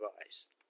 device